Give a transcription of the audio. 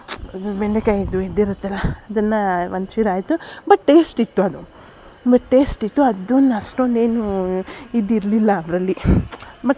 ಇದು ಬೆಂಡೆಕಾಯ್ದು ಇದು ಇರತ್ತಲ್ಲ ಅದನ್ನು ಒಂಚೂರು ಆಯಿತು ಬಟ್ ಟೇಸ್ಟ್ ಇತ್ತು ಅದು ಬಟ್ ಟೇಸ್ಟ್ ಇತ್ತು ಅದನ್ನ ಅಷ್ಟೊಂದೇನೂ ಇದು ಇರಲಿಲ್ಲ ಅದರಲ್ಲಿ ಮತ್ತು